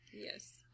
Yes